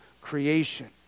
creation